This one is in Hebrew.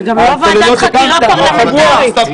וגם לא ועדת חקירה פרלמנטרית.